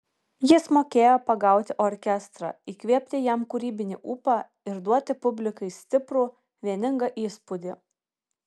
jis mokėjo pagauti orkestrą įkvėpti jam kūrybinį ūpą ir duoti publikai stiprų vieningą įspūdį